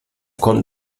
kommt